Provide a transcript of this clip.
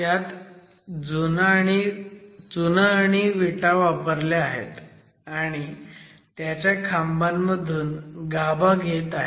त्यात चुना आणि विटा वापरल्या आहेत आणि त्याच्या खांबांमधून गाभा घेत आहेत